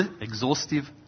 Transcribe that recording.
exhaustive